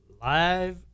Live